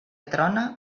trona